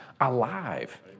alive